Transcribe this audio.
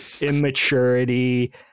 immaturity